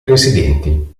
residenti